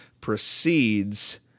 precedes